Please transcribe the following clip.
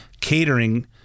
catering